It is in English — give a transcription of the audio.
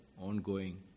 ongoing